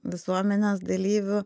visuomenės dalyviu